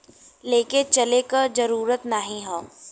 लेके चले क जरूरत नाहीं हौ